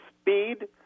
speed